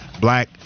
black